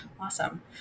Awesome